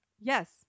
Yes